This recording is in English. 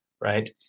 right